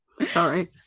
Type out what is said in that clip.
Sorry